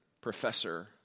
professor